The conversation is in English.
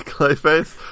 Clayface